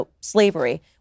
slavery